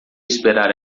esperar